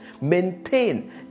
maintain